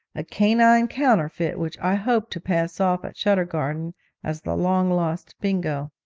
a canine counterfeit which i hoped to pass off at shuturgarden as the long-lost bingo.